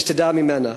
נשדדה ממנה.